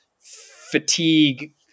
fatigue